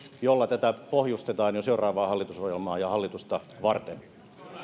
jolla tätä pohjustetaan jo seuraavaa hallitusohjelmaa ja hallitusta varten